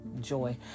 joy